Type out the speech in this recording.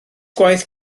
gwaith